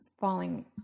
falling